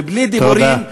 ובלי דיבורים,